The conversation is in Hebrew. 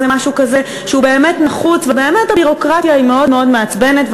איזה משהו כזה שהוא באמת נחוץ ובאמת הביורוקרטיה היא מאוד מאוד מעצבנת,